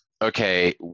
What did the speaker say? okay